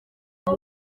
ati